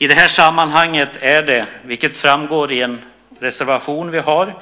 I det här sammanhanget är det, vilket framgår av en reservation vi har,